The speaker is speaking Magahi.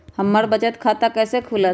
हमर बचत खाता कैसे खुलत?